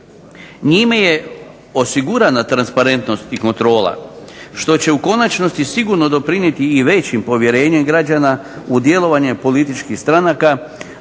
Njima je osigurana transparentnost i kontrola što će u konačnosti doprinijeti i većim povjerenjem građana u djelovanje političkih stranaka